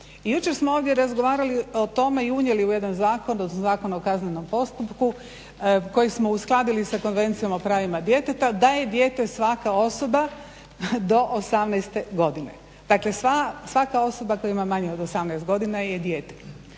Jučer smo ovdje razgovarali o tome i unijeli u jedan zakon, Zakon o kaznenom postupku kojeg smo uskladili sa Konvencijom o pravima djeteta, da je dijete svaka osoba do 18-te godine. Dakle, svaka osoba koja ima manje od 18 godina je dijete.